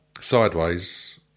Sideways